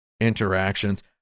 interactions